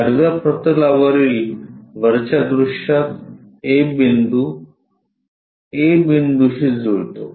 आडव्या प्रतलावरील वरच्या दृश्यात A बिंदू a बिंदूशी जुळतो